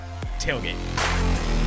tailgate